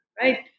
right